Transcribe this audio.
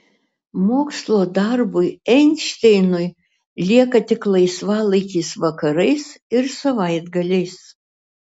mokslo darbui einšteinui lieka tik laisvalaikis vakarais ir savaitgaliais